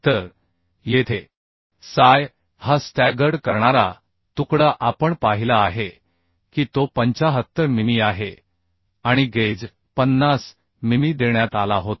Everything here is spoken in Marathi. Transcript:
तर येथे p si हा स्टॅगर्ड करणारा तुकडा आपण पाहिला आहे की तो 75 मिमी आहे आणि गेज 50 मिमी देण्यात आला होता